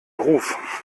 ruf